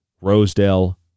Rosedale